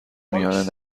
میان